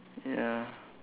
ya